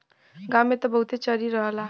गांव में त बहुते चरी रहला